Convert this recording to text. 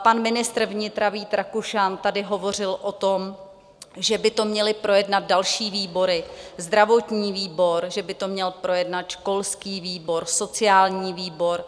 Pan ministr vnitra Vít Rakušan tady hovořil o tom, že by to měly projednat další výbory, zdravotní výbor, že by to měl projednat školský výbor, sociální výbor.